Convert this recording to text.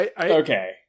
okay